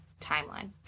timeline